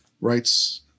rights